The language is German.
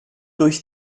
durch